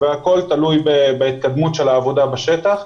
הכול תלוי בהתקדמות העבודה בשטח.